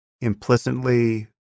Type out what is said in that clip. implicitly